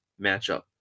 matchup